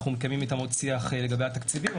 אנחנו מקיימים איתם עוד שיח לגבי התקציבים,